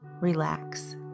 Relax